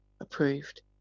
approved